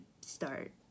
start